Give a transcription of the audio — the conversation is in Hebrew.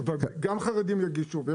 גם חרדים יגישו.